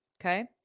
Okay